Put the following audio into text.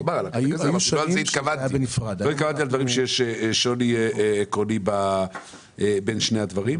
לא התכוונתי לדברים בהם יש שוני עקרוני בין שני הדברים.